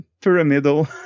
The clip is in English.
pyramidal